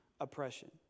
oppression